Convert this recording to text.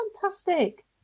Fantastic